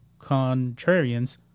contrarians